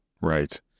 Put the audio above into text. Right